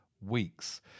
weeks